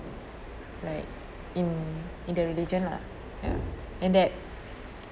like in in the religion lah ya and that